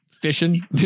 fishing